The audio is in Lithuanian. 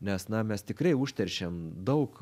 nes na mes tikrai užteršėm daug